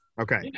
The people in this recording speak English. Okay